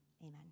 amen